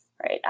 right